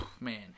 Man